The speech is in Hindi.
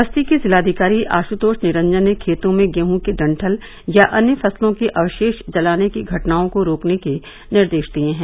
बस्ती के जिलाधिकारी आशुतोष निरंजन ने खेतों में गेहूं के डंठल या अन्य फसलों के अवशेष जलाने की घटनाओं को रोकने के निर्देश दिए हैं